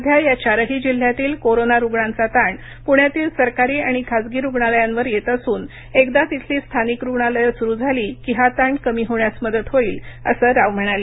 सध्या या चारही जिल्ह्यातील कोरोना रुग्णांचा ताण पुण्यातील सरकारी आणि खासगी रुग्णालयांवर येत असून एकदा तिथली स्थानिक रुग्णालये स्रु झाली की हा ताण कमी होण्यास मदत होईल असं राव म्हणाले